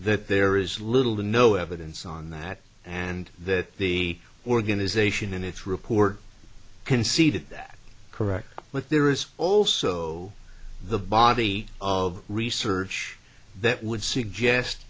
that there is little to no evidence on that and that the organization in its report conceded that correct but there is also the body of research that would suggest